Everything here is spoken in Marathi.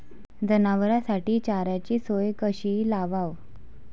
जनावराइसाठी चाऱ्याची सोय कशी लावाव?